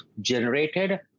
generated